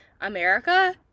America